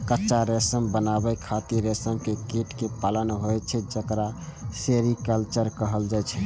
कच्चा रेशम बनाबै खातिर रेशम के कीट कें पालन होइ छै, जेकरा सेरीकल्चर कहल जाइ छै